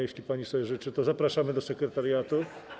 Jeśli pani sobie życzy, to zapraszamy do sekretariatu.